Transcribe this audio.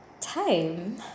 time